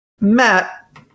Matt